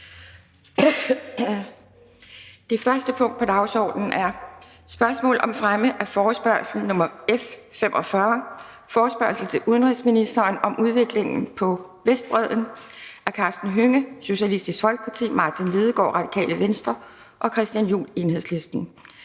Det første punkt på dagsordenen er: 1) Spørgsmål om fremme af forespørgsel nr. F 45: Forespørgsel til udenrigsministeren om udviklingen på Vestbredden. Af Karsten Hønge (SF), Martin Lidegaard (RV) og Christian Juhl (EL).